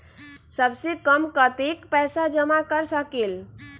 सबसे कम कतेक पैसा जमा कर सकेल?